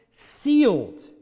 Sealed